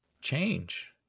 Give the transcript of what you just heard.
change